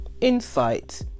insight